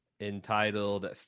entitled